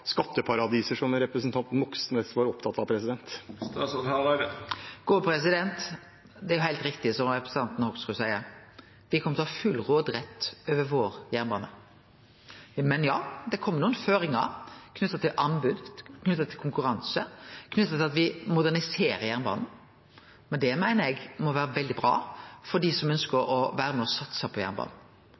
skatteparadiser, som representanten Moxnes var opptatt av? Det er heilt riktig som representanten Hoksrud seier, me kjem til å ha full råderett over vår jernbane. Men ja, det kjem nokre føringar knytt til anbod, knytt til konkurranse og knytt til at me moderniserer jernbanen. Men det meiner eg må vere veldig bra for dei som ønskjer å vere med på å satse på jernbanen.